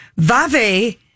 Vave